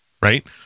right